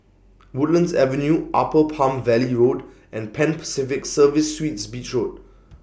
Woodlands Avenue Upper Palm Valley Road and Pan Pacific Serviced Suites Beach Road